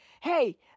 hey